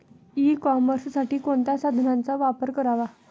E कॉमर्ससाठी कोणत्या साधनांचा वापर करावा?